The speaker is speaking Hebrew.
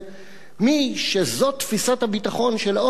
מי שזו תפיסת הביטחון של העורף בעיניו,